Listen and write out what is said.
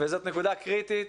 וזו נקודה קריטית